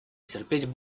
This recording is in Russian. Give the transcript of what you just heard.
терпеть